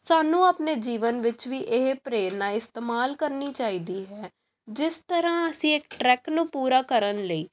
ਸਾਨੂੰ ਆਪਣੇ ਜੀਵਨ ਵਿੱਚ ਵੀ ਇਹ ਪ੍ਰੇਰਨਾ ਇਸਤੇਮਾਲ ਕਰਨੀ ਚਾਹੀਦੀ ਹੈ ਜਿਸ ਤਰ੍ਹਾਂ ਅਸੀਂ ਇੱਕ ਟਰੈਕ ਨੂੰ ਪੂਰਾ ਕਰਨ ਲਈ